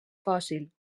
fòssil